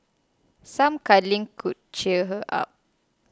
some cuddling could cheer her up